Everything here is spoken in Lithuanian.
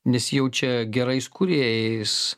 nesijaučia gerais kūrėjais